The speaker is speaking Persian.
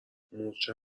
مورچه